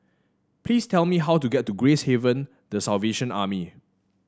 please tell me how to get to Gracehaven The Salvation Army